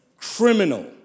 criminal